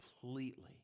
completely